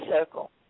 circle